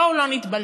בואו לא נתבלבל,